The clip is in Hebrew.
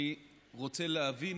אני רוצה להבין